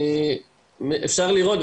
אפשר לראות,